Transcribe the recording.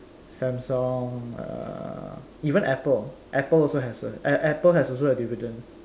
Samsung uh even Apple Apple also has a A~ A~ Apple has also a dividend